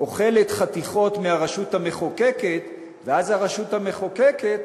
אוכלת חתיכות מהרשות המחוקקת, ואז הרשות המחוקקת